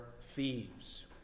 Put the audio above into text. thieves